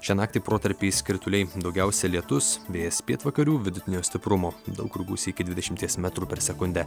šią naktį protarpiais krituliai daugiausia lietus vėjas pietvakarių vidutinio stiprumo daug kur gūsiai iki dvidešimties metrų per sekundę